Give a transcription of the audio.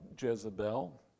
Jezebel